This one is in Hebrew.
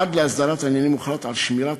עד להסדרת העניינים הוחלט על שמירת